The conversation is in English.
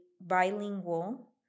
bilingual